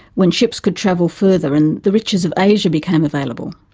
when ships could travel further and the riches of asia became available.